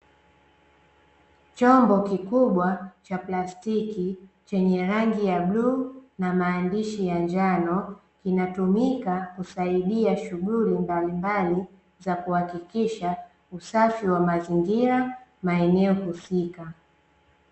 Chombo kikubwa cha plastiki chenye rangi ya bluu na maandishi ya njano, kinatumika kusaidia shughuli mbalimbali za kuhakikisha usafi wa mazingira na eneo husika.